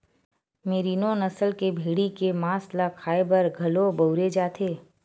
मेरिनों नसल के भेड़ी के मांस ल खाए बर घलो बउरे जाथे